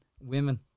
women